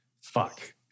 Fuck